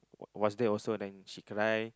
was was there also then she cry